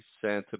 Santa